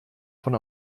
von